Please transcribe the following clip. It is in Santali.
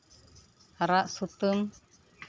ᱟᱨᱟᱜ ᱥᱩᱛᱟᱹᱢ